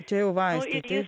čia jau valgyti